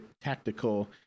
tactical